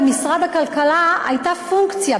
במשרד הכלכלה הייתה פונקציה,